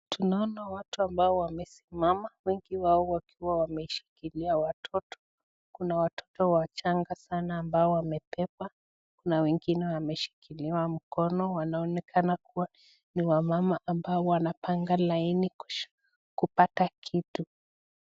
tunaona watu ambao wamesimama wengi wao wakiwa wameshikilia watoto kuna watoto wachanga sana ambao wamebebwa kuna wengine wameshikiliwa mkono wanaonekana kuwa ni wamama ambao wanapanga laini kupata kitu